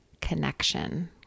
connection